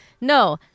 No